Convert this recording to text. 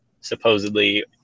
supposedly